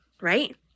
right